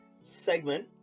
segment